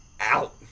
out